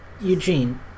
Eugene